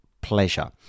pleasure